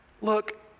look